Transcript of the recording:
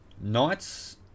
Knights